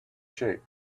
shape